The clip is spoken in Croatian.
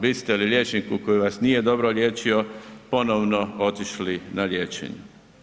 Biste li liječniku koji vas nije dobro liječio ponovno otišli na liječenje?